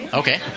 okay